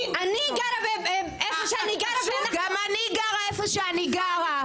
אני גרה איפה שאני גרה ואנחנו --- גם אני גרה איפה שאני גרה.